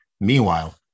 Meanwhile